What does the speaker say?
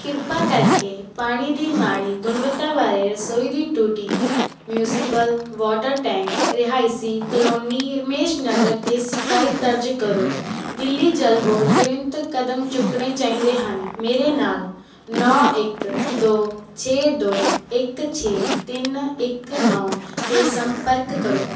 ਕਿਰਪਾ ਕਰਕੇ ਪਾਣੀ ਦੀ ਮਾੜੀ ਗੁਣਵੱਤਾ ਬਾਰੇ ਰਸੋਈ ਦੀ ਟੂਟੀ ਮਿਊਂਸਪਲ ਵਾਟਰ ਟੈਂਕ ਰਿਹਾਇਸ਼ੀ ਕਲੋਨੀ ਰਮੇਸ਼ ਨਗਰ 'ਤੇ ਸ਼ਿਕਾਇਤ ਦਰਜ ਕਰੋ ਦਿੱਲੀ ਜਲ ਬੋਰਡ ਤੁਰੰਤ ਕਦਮ ਚੁੱਕਣੇ ਚਾਹੀਦੇ ਹਨ ਮੇਰੇ ਨਾਲ ਨੌਂ ਇੱਕ ਦੋ ਛੇ ਦੋ ਇੱਕ ਛੇ ਤਿੰਨ ਇੱਕ ਨੌਂ 'ਤੇ ਸੰਪਰਕ ਕਰੋ